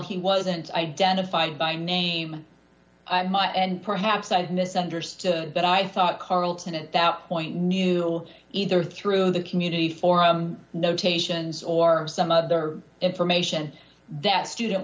he wasn't identified by name i might and perhaps i misunderstood but i thought carlton at that point knew either through the community forum notations or some other information that a student